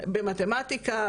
במתמטיקה,